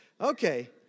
Okay